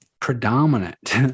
predominant